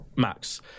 max